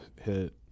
hit